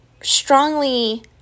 strongly